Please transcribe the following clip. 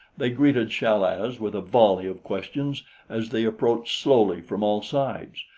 they greeted chal-az with a volley of questions as they approached slowly from all sides,